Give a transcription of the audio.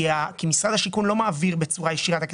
כי משרד השיכון לא מעביר בצורה ישירה את הכסף,